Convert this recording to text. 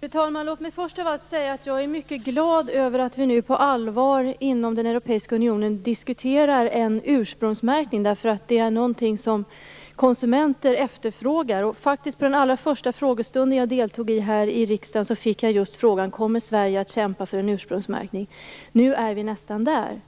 Fru talman! Låt mig först säga att jag är mycket glad över att vi inom den europeiska unionen nu på allvar diskuterar en ursprungsmärkning. Det är någonting som konsumenter efterfrågar. På den allra första frågestund jag deltog i här i riksdagen fick jag just frågan: Kommer Sverige att kämpa för en ursprungsmärkning? Nu är vi nästan där.